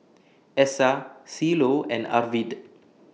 Essa Cielo and Arvid